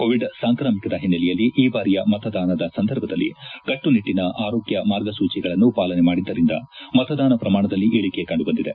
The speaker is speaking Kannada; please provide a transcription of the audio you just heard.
ಕೋವಿಡ್ ಸಾಂಕ್ರಾಮಿಕದ ಹಿನ್ನೆಲೆಯಲ್ಲಿ ಈ ಬಾರಿಯ ಮತದಾನದ ಸಂದರ್ಭದಲ್ಲಿ ಕಟ್ಟುನಿಟ್ಟನ ಆರೋಗ್ಯ ಮಾರ್ಗಸೂಚಿಗಳನ್ನು ಪಾಲನೆ ಮಾಡಿದ್ದರಿಂದ ಮತದಾನ ಪ್ರಮಾಣದಲ್ಲಿ ಇಳಕೆ ಕಂಡುಬಂದಿದೆ